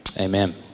Amen